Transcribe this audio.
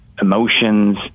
emotions